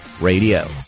Radio